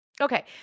Okay